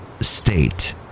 state